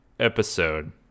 episode